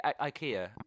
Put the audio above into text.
Ikea